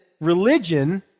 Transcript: religion